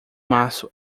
março